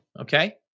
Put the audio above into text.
Okay